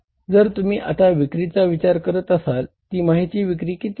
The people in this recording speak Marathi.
जर तुम्ही आता विक्रीचा विचार करत असाल तर तिमाहीची विक्री किती आहे